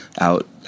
out